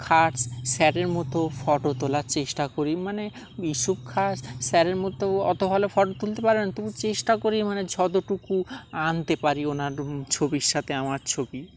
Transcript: খার্স স্যারের মতো ফটো তোলার চেষ্টা করি মানে ইউসুফ খার্স স্যারের মতো অত ভালো ফটো তুলতে পারি না তবু চেষ্টা করি মানে যতটুকু আনতে পারি ওনার ছবির সাথে আমার ছবি